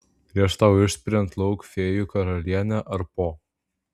prieš tau išspiriant lauk fėjų karalienę ar po